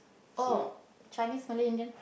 oh Chinese Malay Indian